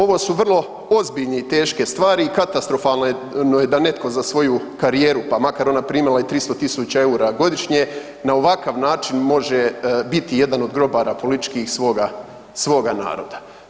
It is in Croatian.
Ovo su vrlo ozbiljne i teške stvari i katastrofalno je da netko za svoju karijeru pa makar ona i primila 300.000 EUR-a godišnje na ovakav način može biti jedan od grobara političkih svoga naroda.